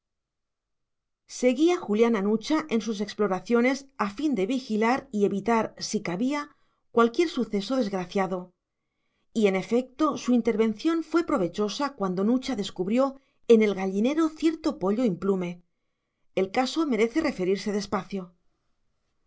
seguía julián a nucha en sus exploraciones a fin de vigilar y evitar si cabía cualquier suceso desgraciado y en efecto su intervención fue provechosa cuando nucha descubrió en el gallinero cierto pollo implume el caso merece referirse despacio